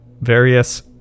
various